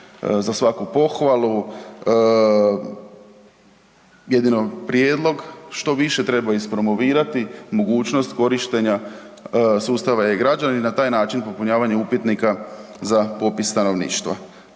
Za svaku pohvalu, jedino prijedlog, što više treba ispromovirati mogućnost korištenja e-Građani, na taj način popunjavanja upitnika za popis stanovništva.